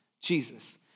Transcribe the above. Jesus